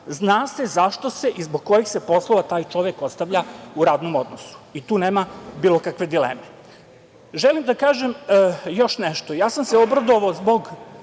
zna se zašto se i zbog kojih se poslova taj čovek ostavlja u radnom odnosu i tu nema bilo kakve dileme. Želim da kažem još nešto. Ja sam se obradovao